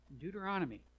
Deuteronomy